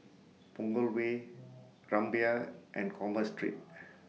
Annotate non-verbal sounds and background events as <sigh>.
Punggol Way Rumbia and Commerce Street <noise>